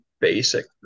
basic